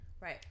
Right